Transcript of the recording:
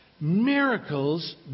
Miracles